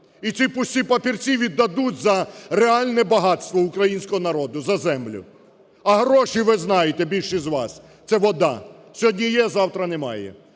І ці пусті папірці віддадуть за реальне багатство українського народу – за землю. А гроші, ви знаєте, більшість з вас, це – вода: сьогодні є, а завтра немає.